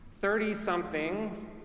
Thirty-something